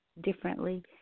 differently